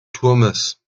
turmes